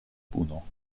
puno